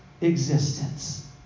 existence